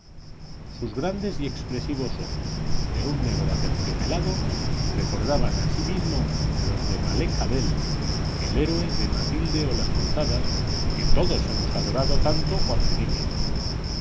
sus grandes y expresivos ojos de un negro aterciopelado recordaban asimismo los de malek adel el héroe de matilde o las cruzadas que todos hemos adorado tanto cuando niños